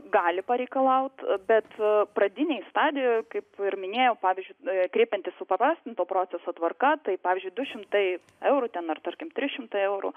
gali pareikalaut bet pradinėj stadijoj kaip ir minėjau pavyzdžiui kreipiantis supaprastinto proceso tvarka tai pavyzdžiui du šimtai eurų ten ar tarkim trys šimtai eurų